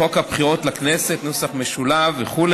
לחוק הבחירות לכנסת וכו',